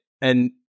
And-